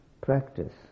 practice